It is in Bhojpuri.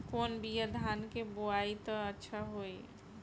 कौन बिया धान के बोआई त अच्छा होई?